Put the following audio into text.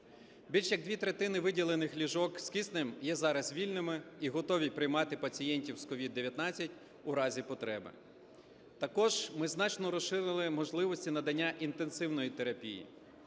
Більше як дві третини виділених ліжок з киснем є зараз вільними і готові примати пацієнтів з COVID-19 у разі потреби. Також ми значно розширили можливості надання інтенсивної терапії.